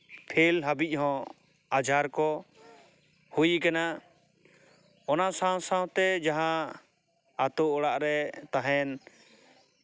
fail ᱦᱟᱹᱵᱤᱡ ᱦᱚᱸ ᱟᱡᱟᱨ ᱠᱚ ᱦᱩᱭ ᱠᱟᱱᱟ ᱚᱱᱟ ᱥᱟᱶ ᱥᱟᱶᱛᱮ ᱡᱟᱦᱟᱸ ᱟᱛᱳ ᱚᱲᱟᱜ ᱨᱮ ᱛᱟᱦᱮᱱ